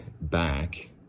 back